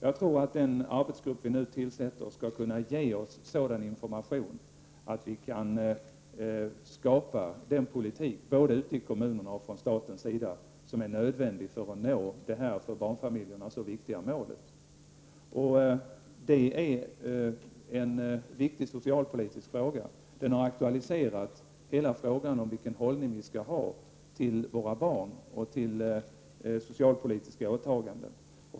Vi tror att den arbetsgrupp som nu tillsätts skall kunna ge oss sådan information att vi både ute i kommunerna och från statens sida kan skapa den politik som är nödvändig för att nå detta för barnfamiljerna så viktiga mål. Detta är en viktig socialpolitisk fråga. Den har aktualiserat hela frågan om vilken hållning vi skall ha till våra barn och till socialpolitiska åtaganden.